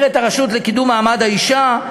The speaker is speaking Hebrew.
אומרת הרשות לקידום מעמד האישה,